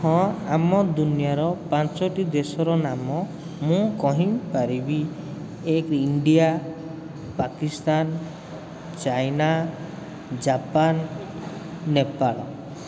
ହଁ ଆମ ଦୁନିଆର ପାଞ୍ଚଟି ଦେଶର ନାମ ମୁଁ କହିଁପାରିବି ଏକ India Pakistan China Japan Nepal